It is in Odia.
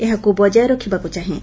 ଏହାକୁ ବଜାୟ ରଖିବାକୁ ଚାହେଁ